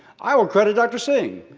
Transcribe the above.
i will credit dr. singh.